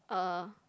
uh